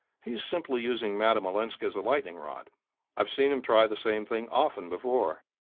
he's simply using madame olenska as a lightning-rod i've seen him try the same thing often before.